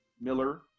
Miller